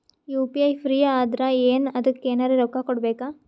UPI free ಅದಾರಾ ಏನ ಅದಕ್ಕ ಎನೆರ ರೊಕ್ಕ ಕೊಡಬೇಕ?